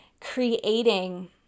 creating